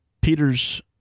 Peters